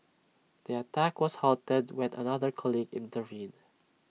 the attack was halted when another colleague intervened